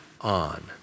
on